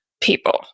people